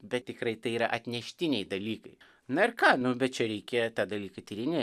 bet tikrai tai yra atneštiniai dalykai na ir ką nu bet čia reikėjo tą dalyką tyrinėt